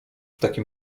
takim